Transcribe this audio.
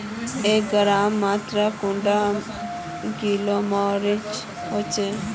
एक ग्राम मौत कैडा किलोग्राम होचे?